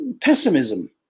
pessimism